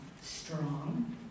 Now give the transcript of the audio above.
strong